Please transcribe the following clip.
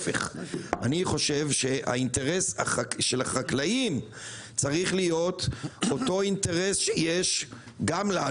חושב שהאינטרס של החקלאים צריך להיות אותו אינטרס שיש גם לנו.